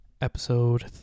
episode